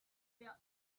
their